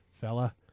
fella